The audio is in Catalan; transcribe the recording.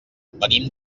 venim